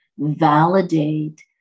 Validate